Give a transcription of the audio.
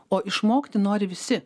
o išmokti nori visi